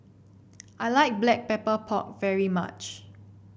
I like Black Pepper Pork very much